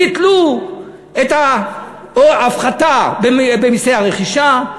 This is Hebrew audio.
ביטלו את ההפחתה במסי הרכישה,